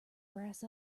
brass